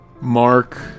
Mark